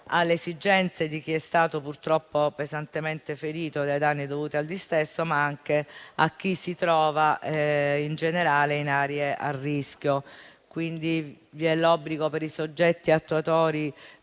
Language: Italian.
alle esigenze di chi è stato purtroppo pesantemente ferito dai danni dovuti al dissesto, ma anche di chi si trova in generale in aree a rischio. Vi è l'obbligo per i soggetti attuatori